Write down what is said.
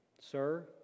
Sir